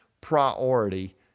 priority